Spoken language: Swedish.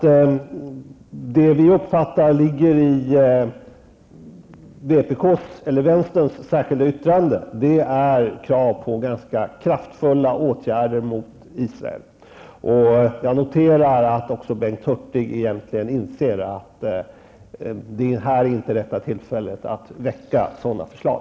Det vi uppfattar ligger i vänsterns meningsyttring är krav på ganska kraftfulla åtgärder mot Israel. Jag noterar att också Bengt Hurtig egentligen inser att detta inte är det rätta tillfället att väcka sådana förslag.